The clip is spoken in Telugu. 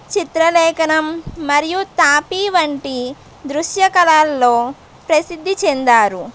చిత్రలేఖనం మరియు తాపీ వంటి దృశ్యకళల్లో ప్రసిద్ధి చెందారు